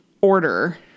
order